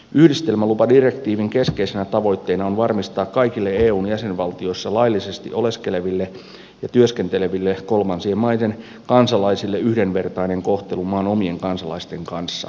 yhdistelmälupadirektiivin keskeisenä tavoitteena on varmistaa kaikille eun jäsenvaltioissa laillisesti oleskeleville ja työskenteleville kolmansien maiden kansalaisille yhdenvertainen kohtelu maan omien kansalaisten kanssa